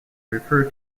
refer